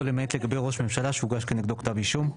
'למעט לגבי ראש ממשלה שהוגש כנגדו כתב אישום'.